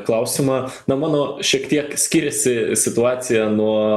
klausimą na mano šiek tiek skiriasi situacija nuo